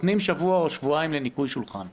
נותנים שבוע או שבועיים לניקוי שולחן;